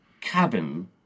cabin